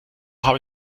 habe